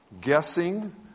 guessing